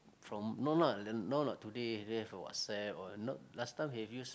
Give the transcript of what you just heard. from no not not today we have WhatsApp or not last time have use